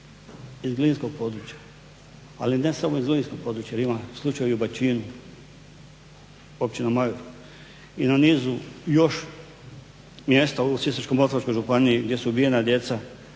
iz glinskog područja, ali ne samo iz glinskog područja jer ima slučaj i u Bačinu općina Majur i na nizu još mjesta u Sisačko-moslavačkoj županiji gdje su ubijena djeca.